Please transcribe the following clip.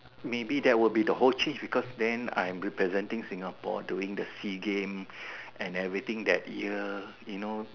maybe there will be the whole chief because then I'm representing Singapore during the sea game and everything that year you know